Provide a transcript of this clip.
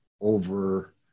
over